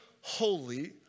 holy